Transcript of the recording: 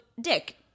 Dick